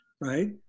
right